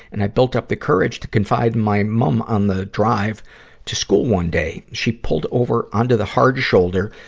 and i built up the courage to confine in my mum on the drive to school one day. she pulled over onto the hard shoulder,